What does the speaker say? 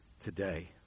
today